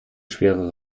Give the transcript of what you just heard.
schwere